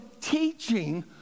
teaching